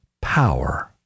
power